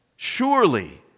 Surely